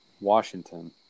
Washington